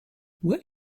what